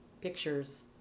pictures